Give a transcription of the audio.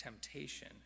temptation